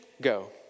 go